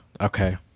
Okay